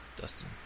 Dustin